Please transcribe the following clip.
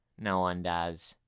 no one does.